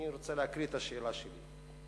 אני רוצה להקריא את השאלה שלי: